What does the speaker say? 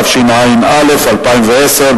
התשע"א 2010,